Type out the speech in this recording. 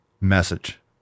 message